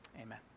Amen